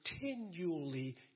continually